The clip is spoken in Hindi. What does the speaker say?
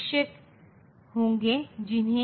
इसलिए यह समाधान गलत समाधान है